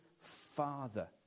Father